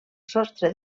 sostre